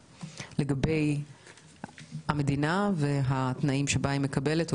לגבי המדינה והתנאים בהם היא מקבלת או